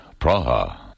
Praha